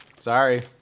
Sorry